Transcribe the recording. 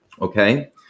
okay